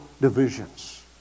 divisions